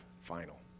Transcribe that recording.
final